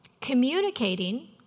communicating